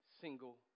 single